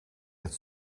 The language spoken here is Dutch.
het